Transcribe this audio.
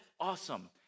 awesome